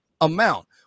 amount